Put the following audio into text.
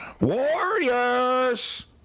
Warriors